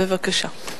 בבקשה.